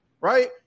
right